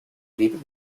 blieb